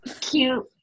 cute